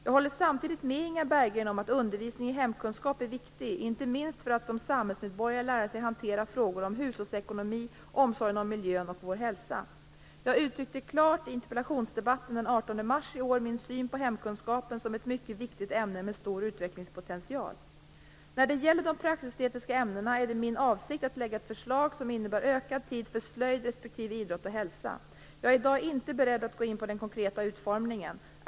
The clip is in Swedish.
Jag håller samtidigt med Inga Berggren om att undervisning i hemkunskap är viktig, inte minst för möjligheterna att som samhällsmedborgare lära sig hantera frågor om hushållsekonomin, omsorgen om miljön och vår hälsa. Jag uttryckte klart i interpellationsdebatten den 18 mars i år min syn på hemkunskapen som ett mycket viktigt ämne med stor utvecklingspotential. När det gäller de praktisk/estetiska ämnena är det min avsikt att lägga fram ett förslag som innebär ökad tid för slöjd respektive idrott och hälsa. Jag är i dag inte beredd att gå in på den konkreta utformningen.